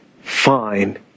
fine